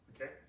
Okay